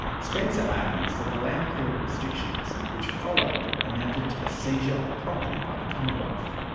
spencer argues that the land clearing restrictions which followed, amounted to the seizure of property by the commonwealth.